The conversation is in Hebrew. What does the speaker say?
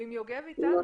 אם יוגב איתנו,